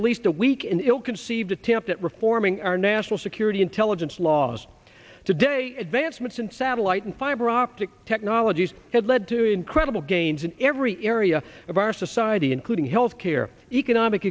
released a weak and ill conceived attempt at reforming our national security intelligence laws today advancements in satellite and fiber optic technologies have led to incredible gains in every area of our society including healthcare economic